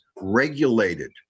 regulated